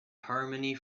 harmony